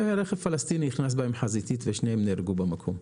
ורכב פלסטיני נכנס בהם חזיתית ושניהם נהרגו במקום.